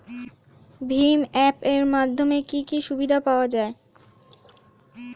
ভিম app এর মাধ্যমে কি কি সুবিধা পাওয়া যায়?